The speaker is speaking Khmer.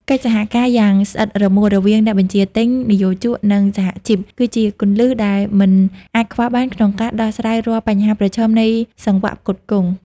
កិច្ចសហការយ៉ាងស្អិតរមួតរវាងអ្នកបញ្ជាទិញ និយោជក និងសហជីព គឺជាគន្លឹះដែលមិនអាចខ្វះបានក្នុងការដោះស្រាយរាល់បញ្ហាប្រឈមនៃសង្វាក់ផ្គត់ផ្គង់។